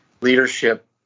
leadership